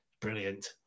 Brilliant